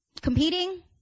competing